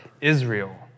Israel